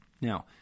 Now